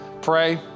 pray